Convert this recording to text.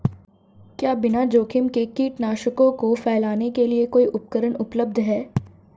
क्या बिना जोखिम के कीटनाशकों को फैलाने के लिए कोई उपकरण उपलब्ध है?